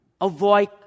avoid